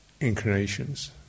inclinations